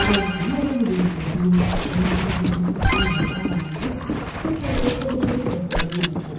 പോകുന്നതിനു വലിയ ബുദ്ധിമുട്ടില്ല നമ്മളിപ്പോള് ഇത് ഡെയ്ലി ജോലിക്ക് പോകുന്ന ആൾക്കാരാണെങ്കിൽ ഇതുപോലുള്ള ചെറിയ ചെറിയ ബസ്സുകളിൽ നമ്മള് പോകും